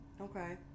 Okay